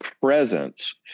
presence